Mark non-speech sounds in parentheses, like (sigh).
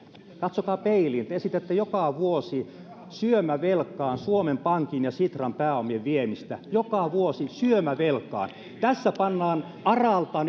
katsokaa peiliin te esitätte joka vuosi syömävelkaa suomen pankin ja sitran pääomien viemistä joka vuosi syömävelkaa tässä pannaan aralta (unintelligible)